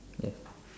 yes